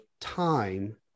time